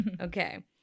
Okay